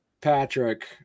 Patrick